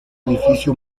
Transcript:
edificio